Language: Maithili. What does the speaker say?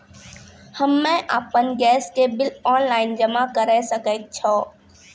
हम्मे आपन गैस के बिल ऑनलाइन जमा करै सकै छौ?